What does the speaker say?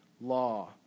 law